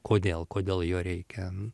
kodėl kodėl jo reikia